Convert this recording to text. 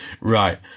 Right